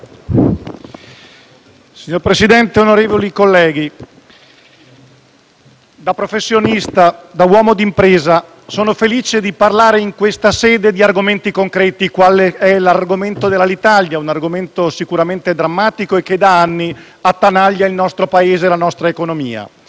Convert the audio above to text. Signor Presidente, onorevoli colleghi, da professionista, da uomo d'impresa, sono felice di parlare in questa sede di argomenti concreti qual è l'argomento di Alitalia, un argomento sicuramente drammatico e che da anni attanaglia il nostro Paese e la nostra economia.